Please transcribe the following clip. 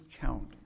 count